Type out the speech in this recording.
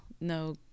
no